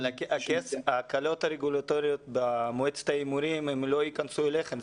אבל ההקלות הרגולטוריות במועצת ההימורים לא ייכנסו אליכם.